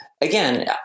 again